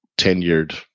tenured